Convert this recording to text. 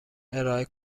ارائه